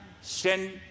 send